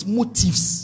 motives